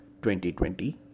2020